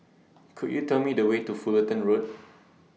Could YOU Tell Me The Way to Fullerton Road